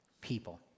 people